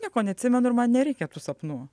nieko neatsimenu ir man nereikia tų sapnų